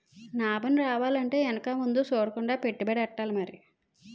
నాబం రావాలంటే ఎనక ముందు సూడకుండా పెట్టుబడెట్టాలి మరి